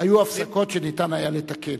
היו הפסקות שניתן היה לתקן.